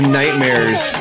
nightmares